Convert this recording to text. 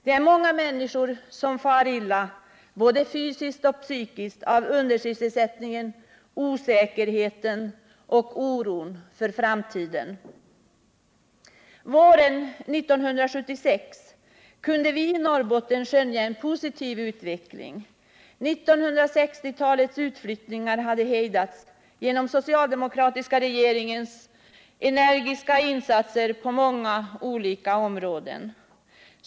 Det är många människor som far illa både fysiskt och psykiskt av undersysselsättningen, osäkerheten och oron för framtiden. Våren 1976 kunde vi i Norrbotten skönja en positiv utveckling. 1960-talets utflyttningar hade hejdats genom den socialdemokratiska regeringens energiska insatser på många olika områden.